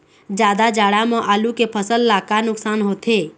जादा जाड़ा म आलू के फसल ला का नुकसान होथे?